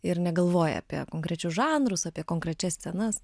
ir negalvojai apie konkrečius žanrus apie konkrečias scenas